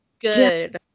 good